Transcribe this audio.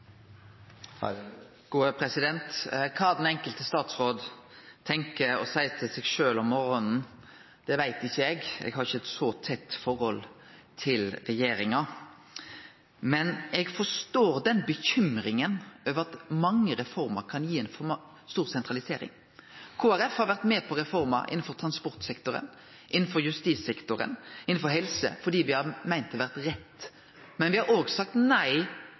ikkje eit så tett forhold til regjeringa, men eg forstår bekymringa over at mange reformer kan gi ei for stor sentralisering. Kristeleg Folkeparti har vore med på reformer innanfor transportsektoren, innanfor justissektoren og innanfor helse – fordi me har meint at det har vore rett. Men me har òg sagt nei